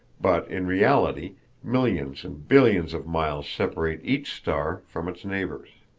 but in reality millions and billions of miles separate each star from its neighbors.